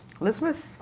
Elizabeth